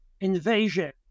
invasion